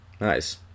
Nice